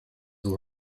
who